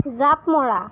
জাঁপ মৰা